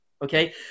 Okay